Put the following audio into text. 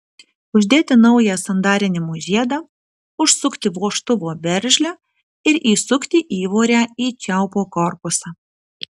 uždėti naują sandarinimo žiedą užsukti vožtuvo veržlę ir įsukti įvorę į čiaupo korpusą